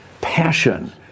passion